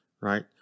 right